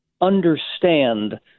understand